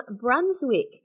Brunswick